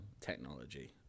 technology